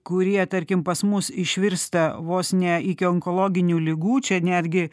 kurie tarkim pas mus išvirsta vos ne iki onkologinių ligų čia netgi